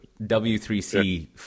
W3C